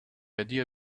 idea